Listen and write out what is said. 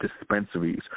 dispensaries